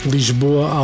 Lisboa